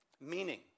Meaning